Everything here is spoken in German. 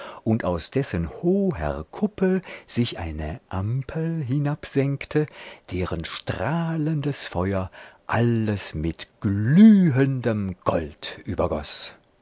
und aus dessen hoher kuppel sich eine ampel hinabsenkte deren strahlendes feuer alles mit glühendem gold übergoß